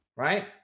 Right